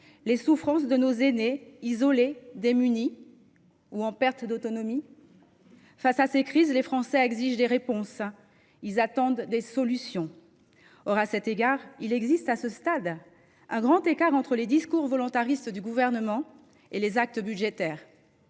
les souffrances de nos aînés, isolés, démunis ou en perte d’autonomie ? Face à ces crises, les Français exigent des réponses, ils attendent des solutions. Or, à cet égard, il existe à ce stade un grand écart entre les discours volontaristes du Gouvernement et les actes budgétaires.